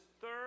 third